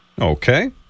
Okay